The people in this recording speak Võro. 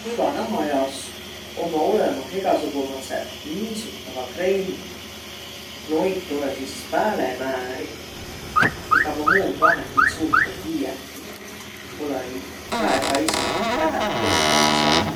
Kuiva naha jaos ommaq olõmah egäsugumadsõq niisutavaq kreemiq. Noid tuõ sis pääle määriq. Ega ma muud vahendit suurt ei tiiäkiq. Olõ-i esi väega hädäh olnuq taa as'agaq.